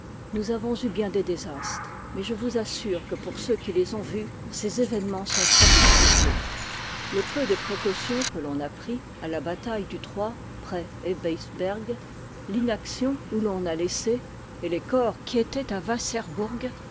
nous avons cu bien des désastres mais près rctt kembre î assurc quc pour ceux qui les ont vus ces événemens sont fort singuliers le peu de précaution que ton a pris à la bataille du près ebesberg l'inaction où ton a laissé et les corps qui étoient à